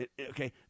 okay